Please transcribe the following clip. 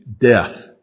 Death